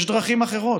יש דרכים אחרות,